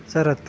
ಶರತ್